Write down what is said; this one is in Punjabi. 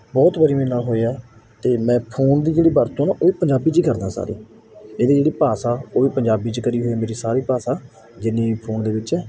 ਬਹੁਤ ਵਾਰੀ ਮੇਰੇ ਨਾਲ ਹੋਇਆ ਅਤੇ ਮੈਂ ਫੋਨ ਦੀ ਜਿਹੜੀ ਵਰਤੋਂ ਨਾ ਉਹ ਵੀ ਪੰਜਾਬੀ 'ਚ ਕਰਦਾ ਸਾਰੇ ਇਹਦੀ ਜਿਹੜੀ ਭਾਸ਼ਾ ਉਹ ਵੀ ਪੰਜਾਬੀ 'ਚ ਕਰੀ ਹੋਈ ਮੇਰੀ ਸਾਰੀ ਭਾਸ਼ਾ ਆ ਜਿੰਨੀ ਫੋਨ ਦੇ ਵਿੱਚ ਹੈ